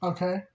Okay